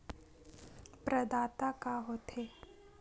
प्रदाता का हो थे?